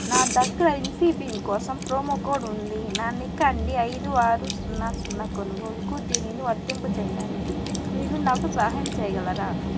నా దగ్గర ఇన్ఫీబీమ్ కోసం ప్రోమో కోడ్ ఉంది నా నికాన్ డి ఐదు ఆరు సున్నా సున్నా కొనుగోలుకు దీనిని వర్తింపచేయడానికి మీరు నాకు సహాయం చేయగలరా